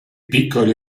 piccoli